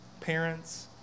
parents